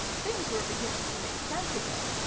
things were beginning to make sense again.